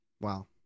Wow